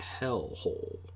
hellhole